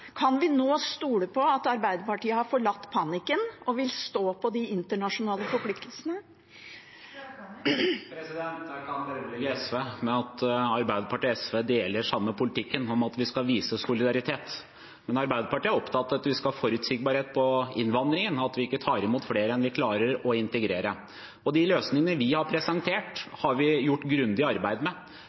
Kan vi nå stole på at Arbeiderpartiet har forlatt panikken og vil stå på de internasjonale forpliktelsene? Jeg kan berolige SV med at Arbeiderpartiet og SV deler den samme politikken om at vi skal vise solidaritet. Men Arbeiderpartiet er opptatt av at vi skal ha forutsigbarhet når det gjelder innvandringen, og at vi ikke tar imot flere enn vi klarer å integrere. De løsningene vi har presentert, har vi gjort grundig arbeid med.